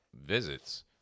visits